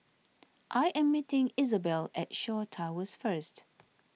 I am meeting Isobel at Shaw Towers First